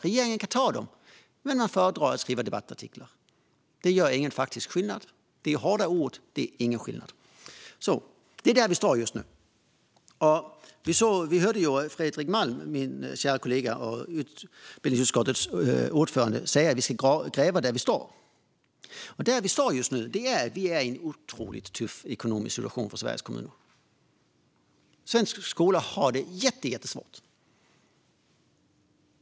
Regeringen kan ta dem, men man föredrar att skriva debattartiklar. Det gör ingen faktisk skillnad. Det är hårda ord, men de gör ingen skillnad. Det är där vi står just nu. Vi hörde Fredrik Malm, min kära kollega och utbildningsutskottets ordförande, säga att vi ska gräva där vi står. Där vi står just nu är i en otroligt tuff ekonomisk situation för Sveriges kommuner. Svensk skola har det jättesvårt.